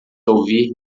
ouvir